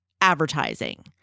advertising